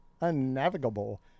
unnavigable